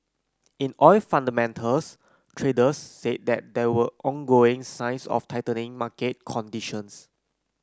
in oil fundamentals traders said that there were ongoing signs of tightening market conditions